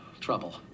trouble